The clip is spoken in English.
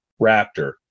raptor